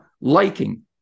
Liking